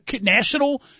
national